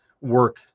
work